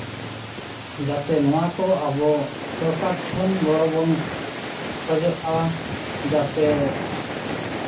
ᱡᱟᱛᱮ ᱱᱚᱣᱟ ᱠᱚ ᱟᱵᱚ ᱥᱚᱨᱠᱟᱨ ᱴᱷᱮᱱ ᱜᱚᱲᱚ ᱵᱚᱱ ᱠᱷᱚᱡᱚᱜᱼᱟ ᱡᱟᱛᱮ